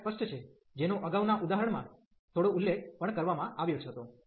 આ વિચાર સ્પષ્ટ છે જેનો અગાઉના ઉદાહરણ માં થોડો ઉલ્લેખ પણ કરવામાં આવ્યો હતો